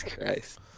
Christ